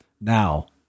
now